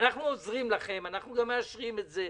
ואנחנו עוזרים לכם ומאשרים את זה.